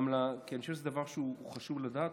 כי אני חושב שזה דבר שחשוב לדעת.